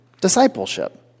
discipleship